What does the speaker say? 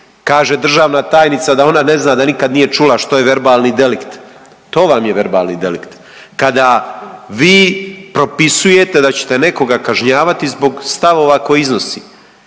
Kaže državna tajnica da ona ne za da nikad nije čula što je verbalni delikt. To vam je verbalni delikt kada vi propisujete da ćete nekoga kažnjavati zbog stavova koje iznosi.